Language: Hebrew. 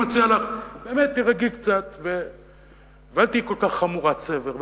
אני מציע לך שבאמת תירגעי קצת ואל תהיי כל כך חמורת סבר.